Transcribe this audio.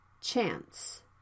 chance